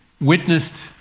witnessed